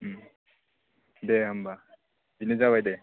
दे होनबा बेनो जाबाय दे